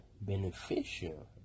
beneficial